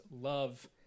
love